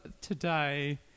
today